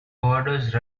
borders